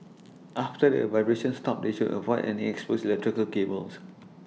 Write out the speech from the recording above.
after the vibrations stop they should avoid any exposed electrical cables